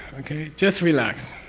okay, just relax.